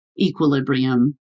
equilibrium